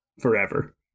Forever